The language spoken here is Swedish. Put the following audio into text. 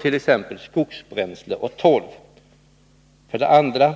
t.ex. skogsbränsle och torv? 2.